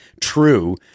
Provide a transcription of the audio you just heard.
true